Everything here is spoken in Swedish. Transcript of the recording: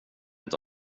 inte